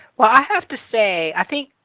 well i have to say, i think